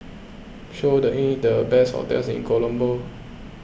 show the best hotels in Colombo